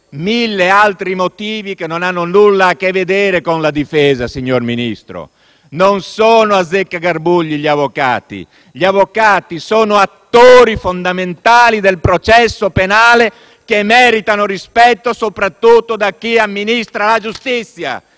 mille altri motivi che non hanno nulla a che vedere con la difesa, signor Ministro. Non sono azzeccagarbugli gli avvocati, bensì attori fondamentali del processo penale che meritano rispetto soprattutto da chi amministra la giustizia